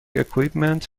equipment